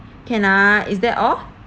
can ah is that all